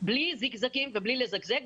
בלי זיגזגים ובלי לזגזג.